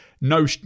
No